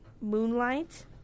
Moonlight